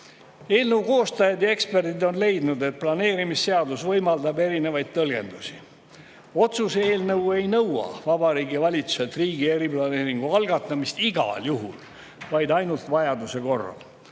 Eelnõu koostajad ja eksperdid on leidnud, et planeerimisseadus võimaldab erinevaid tõlgendusi. Otsuse eelnõu ei nõua Vabariigi Valitsuselt riigi eriplaneeringu algatamist igal juhul, vaid ainult vajaduse korral.